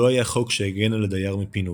לא היה חוק שהגן על הדייר מפינוי.